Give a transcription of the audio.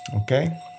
Okay